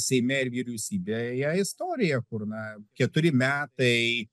seime ir vyriausybėje istoriją kur na keturi metai